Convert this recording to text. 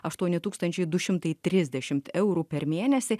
aštuoni tūkstančiai du šimtai trisdešimt eurų per mėnesį